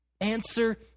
Answer